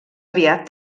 aviat